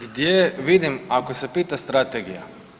Gdje vidim ako se pita strategija?